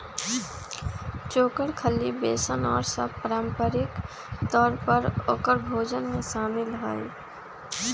चोकर, खल्ली, बेसन और सब पारम्परिक तौर पर औकर भोजन में शामिल हई